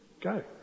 go